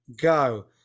go